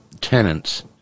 tenants